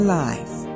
life